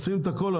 עושים את הכול,